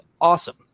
awesome